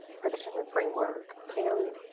prediction framework can.